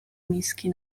miski